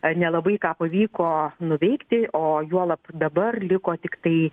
nelabai ką pavyko nuveikti o juolab dabar liko tiktai